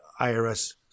IRS